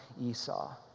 Esau